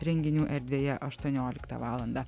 renginių erdvėje aštuonioliktą valandą